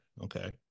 Okay